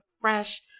fresh